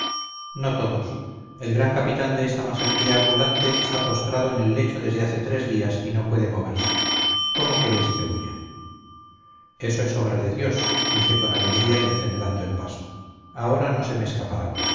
no todos el gran capitán de esta masonería ambulante está postrado en el lecho desde hace tres días y no puede moverse cómo queréis que huya eso es obra de dios dije con alegría y acelerando el paso ahora no se me escapará